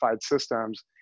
systems